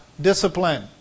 discipline